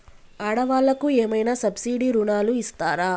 ఆడ వాళ్ళకు ఏమైనా సబ్సిడీ రుణాలు ఇస్తారా?